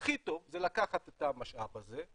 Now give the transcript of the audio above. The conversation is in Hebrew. הכי טוב זה לקחת את המשאב הזה,